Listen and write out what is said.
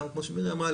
גם כמו שמירי אמרה,